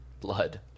blood